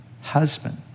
husband